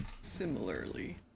Similarly